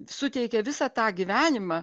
suteikė visą tą gyvenimą